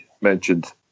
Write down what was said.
mentioned